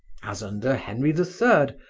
as under henry the third,